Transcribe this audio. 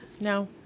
No